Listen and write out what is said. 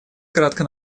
кратко